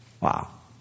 Wow